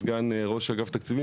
סגן ראש אגף תקציבים,